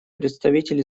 представитель